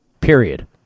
Period